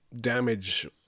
damage